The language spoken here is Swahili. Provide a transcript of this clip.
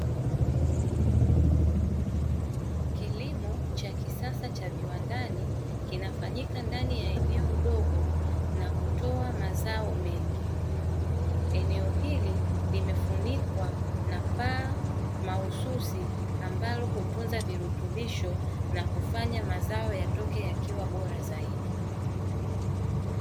Kilimo cha kisasa cha viwandani kinafanyika ndani ya eneo dogo na kutoa mazao mengi. Eneo hili limefunikwa na paa mahususi ambalo hutunza virutubisho na kufanya mazao yatoke yakiwa bora zaidi.